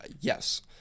Yes